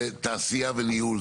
זה תעשייה וניהול.